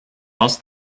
ask